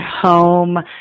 home